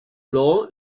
blanc